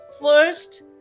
first